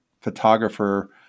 photographer